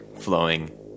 flowing